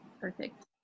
Perfect